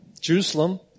Jerusalem